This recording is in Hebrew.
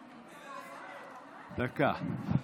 דקה,